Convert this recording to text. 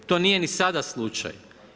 To nije ni sada slučaj.